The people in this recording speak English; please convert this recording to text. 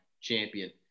champion